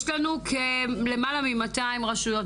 יש לנו למעלה מ-200 רשויות.